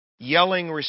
Yelling